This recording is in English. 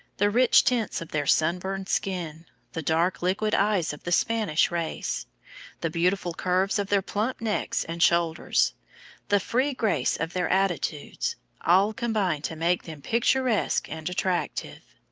the rich tints of their sunburned skin the dark liquid eyes of the spanish race the beautiful curves of their plump necks and shoulders the free grace of their attitudes all combine to make them picturesque and attractive.